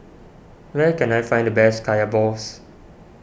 where can I find the best Kaya Balls